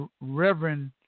Reverend